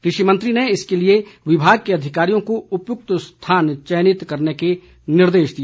कृषि मंत्री ने इसके लिए विभाग के अधिकारियों को उपयुक्त स्थान चयनित करने के निर्देश दिए